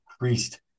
increased